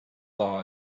law